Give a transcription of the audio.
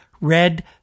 Red